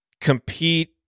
compete